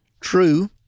True